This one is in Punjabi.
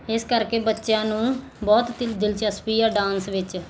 ਇਸ ਕਰਕੇ ਬੱਚਿਆਂ ਨੂੰ ਬਹੁਤ ਹੀ ਦਿਲ ਦਿਲਚਸਪੀ ਆ ਡਾਂਸ ਵਿੱਚ